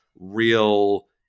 real